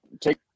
take